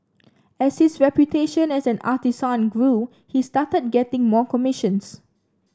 as his reputation as an artisan grew he started getting more commissions